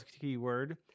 keyword